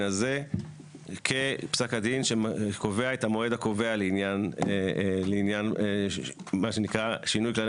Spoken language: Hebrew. הזה כפסק הדין שקובע את המועד הקובע לעניין מה שנקרא שינוי כללי